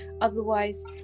otherwise